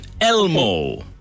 Elmo